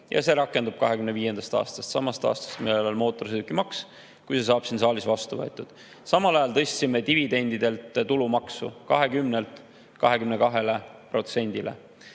ja see rakendub 2025. aastast. Samast aastast on meil veel mootorsõidukimaks, kui see saab siin saalis vastu võetud. Samal ajal tõstsime dividendidelt makstava